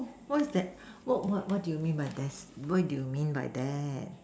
what is that what what do you mean by that what do you mean by that